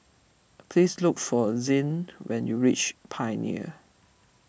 please look for Zed when you reach Pioneer